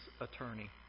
attorney